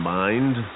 mind